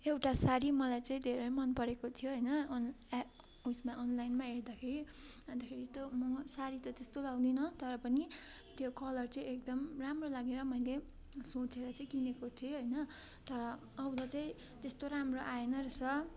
एउटा साडी मलाई चाहिँ धेरै मन परेको थियो होइन अनि ए उयसमा अनलाइनमा हेर्दाखेरि अन्तखेरि त्यो म साडी त त्यस्तो लाउँदिनँ तर पनि त्यो कलर चाहिँ एकदम राम्रो लागेर मैले सोचेर चाहिँ किनेको थिएँ होइन तर आउँदा चाहिँ त्यस्तो राम्रो आएन रहेछ